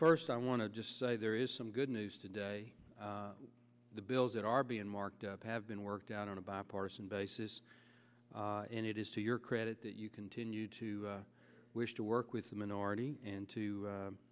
first i want to just say there is some good news today the bills that are being marked have been worked out on a bipartisan basis and it is to your credit that you continue to wish to work with the minority and to u